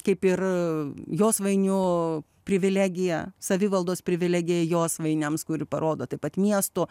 kaip ir josvainių privilegija savivaldos privilegija josvainiams kuri parodo taip pat miesto